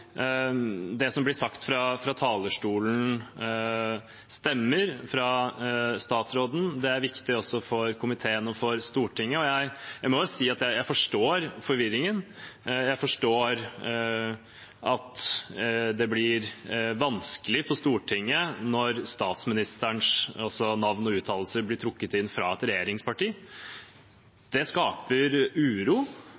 det som blir sagt fra talerstolen av statsråden, stemmer. Det er viktig også for komiteen og for Stortinget. Jeg må si at jeg forstår forvirringen. Jeg forstår at det blir vanskelig for Stortinget når statsministerens navn og uttalelser blir trukket inn fra et regjeringsparti.